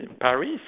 Paris